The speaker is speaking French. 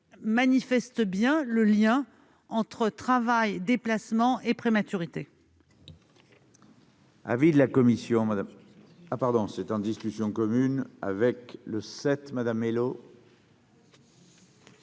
montre bien le lien entre travail, déplacements et prématurité.